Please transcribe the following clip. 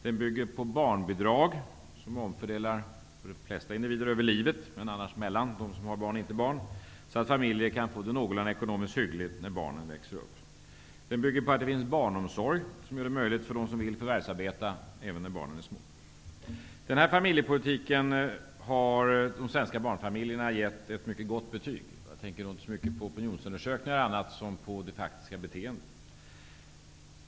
Den bygger på barnbidrag, som omfördelar för de flesta individer för livet, men annars mellan dem som har barn och dem som inte har barn, så att familjer kan ha det någorlunda hyggligt när barnen växer upp. Den bygger på att det finns barnomsorg som gör det möjligt för dem som vill att förvärvsarbeta även när barnen är små. Denna familjepolitik har de svenska barnfamiljerna gett ett mycket gott betyg. Jag tänker då inte så mycket på opinionsundersökningar som på det faktiska beteendet.